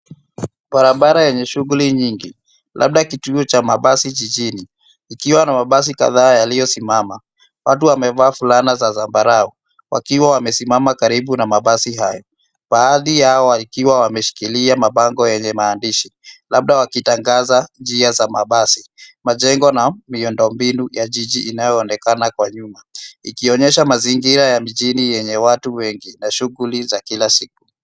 Barabara yenye shughuli nyingi, labda kituo cha mabasi jijini ikiwa na mabasi kadhaa yaliyosimama. Watu wamevaa fulana za zambarau wakiwa wamesimama karibu na mabasi hayo, baadhi yao wakiwa wameshikilia mabango yenye maandishi, labda wakitangaza njia za mabasi. Majengo na miundombinu ya jiji inayoonekana kwa nyuma ikionyesha mazingira ya mijini yenye watu wengi na shughuli za kila siku.